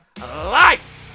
life